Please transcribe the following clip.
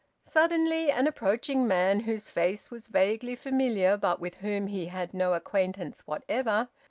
suddenly an approaching man whose face was vaguely familiar but with whom he had no acquaintance whatever,